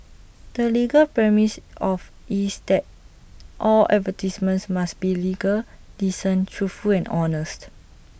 the legal premise of is that all advertisements must be legal decent truthful and honest